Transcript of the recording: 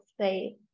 say